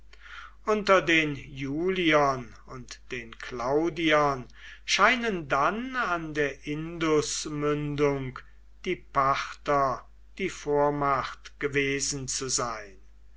unter den juliern und den claudiern scheinen dann an der indusmündung die parther die vormacht gewesen zu sein